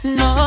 no